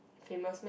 famous meh